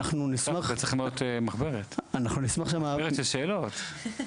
צריך מחברת של שאלות,